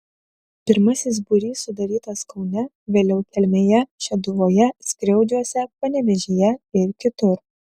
pirmasis būrys sudarytas kaune vėliau kelmėje šeduvoje skriaudžiuose panevėžyje ir kitur